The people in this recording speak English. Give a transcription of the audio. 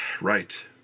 right